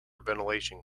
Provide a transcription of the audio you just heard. ventilation